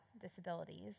disabilities